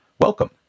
welcome